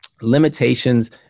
Limitations